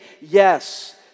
yes